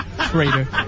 traitor